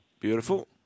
Beautiful